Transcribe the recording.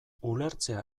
ulertzea